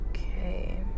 Okay